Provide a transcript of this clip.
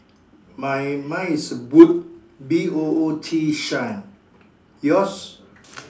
my mine is boot B O O T shine yours